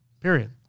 period